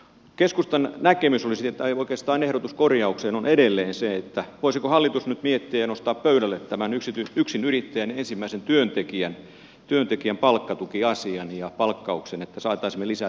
keskustan ehdotus korjaukseen on edelleen se voisiko hallitus nyt miettiä ja nostaa pöydälle tämän yksinyrittäjän ensimmäisen työntekijän palkkatukiasian ja palkkauksen että saisimme lisää työvoimaa myös kaupan alalle